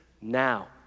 now